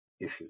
issues